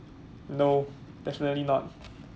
no definitely not